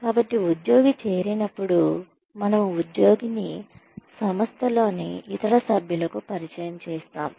కాబట్టి ఉద్యోగి చేరినప్పుడు మనము ఉద్యోగిని సంస్థలోని ఇతర సభ్యులకు పరిచయం చేస్తాము